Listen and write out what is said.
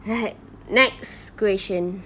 alright next question